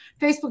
Facebook